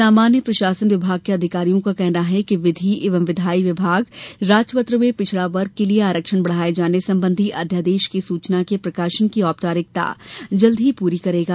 सामान्य प्रशासन विभाग के अधिकारियों का कहना है कि विधि एवं विधायी विभाग राजपत्र में पिछड़ावर्ग के लिए आरक्षण बढ़ाये जाने संबंधी अध्यादेश की सूचना का प्रकाशन की औपचारिकता जल्द ही पूरी करेगा